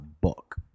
book